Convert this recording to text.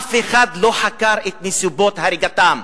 אף אחד לא חקר את נסיבות הריגתם.